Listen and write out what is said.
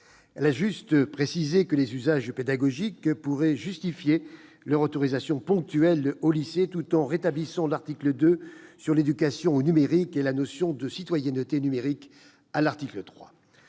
Elle a juste précisé que les usages pédagogiques pourraient justifier leur autorisation ponctuelle au lycée, tout en rétablissant l'article 2, relatif à l'éducation au numérique, et la notion de « citoyenneté numérique », à l'article 3.